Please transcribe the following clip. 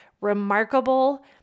remarkable